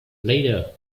later